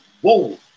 whoa